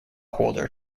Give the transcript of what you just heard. holder